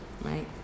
right